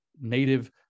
native